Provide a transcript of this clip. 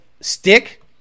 stick